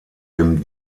dem